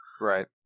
right